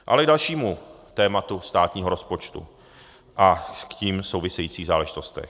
K dalšímu tématu státního rozpočtu a s tím souvisejícím záležitostem.